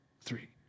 three